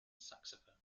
saxophone